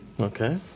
Okay